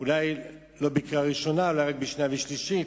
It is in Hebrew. אולי לא בקריאה ראשונה אלא רק בשנייה ושלישית.